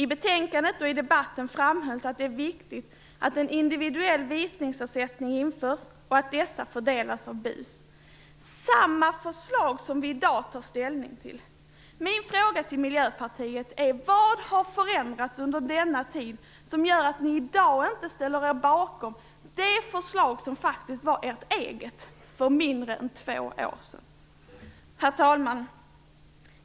I betänkandet och i debatten framhölls att det är viktigt att en individuell visningsersättning införs och att denna fördelas av BUS. Det är samma förslag som vi i dag tar ställning till. Min fråga till Miljöpartiet är: Vad har förändrats under denna tid som gör att ni i dag inte ställer er bakom det förslag som faktiskt var ert eget för mindre än två år sedan? Herr talman!